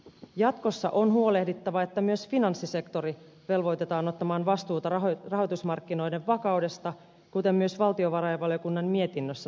jatkossa on huolehdittava että myös finanssisektori velvoitetaan ottamaan vastuuta rahoitusmarkkinoiden vakaudesta kuten myös valtiovarainvaliokunnan mietinnössä todetaan